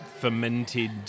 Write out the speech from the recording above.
fermented